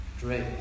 great